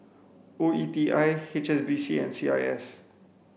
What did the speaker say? O E T I H S B C and C I S